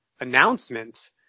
announcements